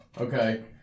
Okay